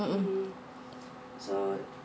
mm